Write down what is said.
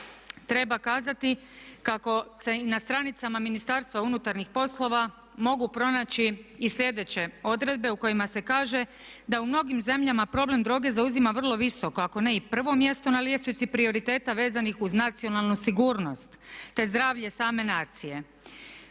treba kazati kako se i na stranicama Ministarstva unutarnjih poslova mogu pronaći i sljedeće odredbe u kojima se kaže da u mnogim zemljama problem droge zauzima vrlo visoko ako ne i prvo mjesto na ljestvici prioriteta vezanih uz nacionalnu sigurnost te zdravlje same nacije.